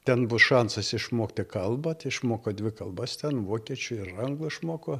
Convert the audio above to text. ten bus šansas išmokti kalbą išmoko dvi kalbas ten vokiečių ir anglų išmoko